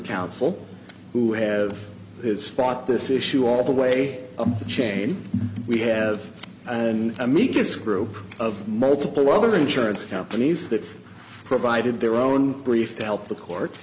counsel who have spot this issue all the way the chain we have an amicus group of multiple other insurance companies that provided their own brief to help the court